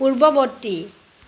পূৰ্ববৰ্তী